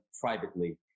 privately